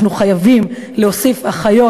אנחנו חייבים להוסיף אחיות,